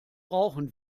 brauchen